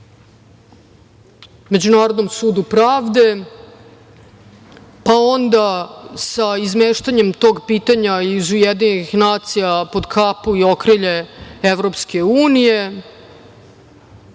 Međunarodnom sudu pravde. Pa onda sa izmeštanjem tog pitanja iz UN pod kapu i okrilje Evropske unije